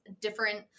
different